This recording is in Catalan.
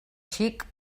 xic